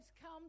come